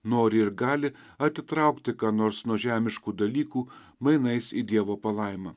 nori ir gali atitraukti ką nors nuo žemiškų dalykų mainais į dievo palaimą